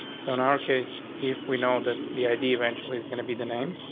so in our case, if we know that the idea eventually is going to be the name,